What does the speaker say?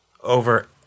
over